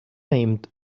named